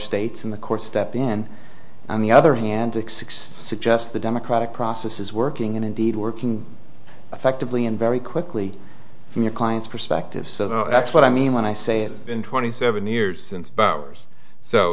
states and the courts step in and on the other hand excuse suggests the democratic process is working and indeed working effectively and very quickly from your client's perspective so that's what i mean when i say it's been twenty seven years since bauer's so